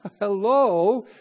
Hello